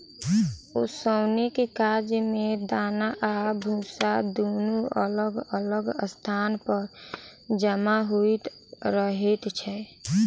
ओसौनीक काज मे दाना आ भुस्सा दुनू अलग अलग स्थान पर जमा होइत रहैत छै